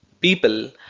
people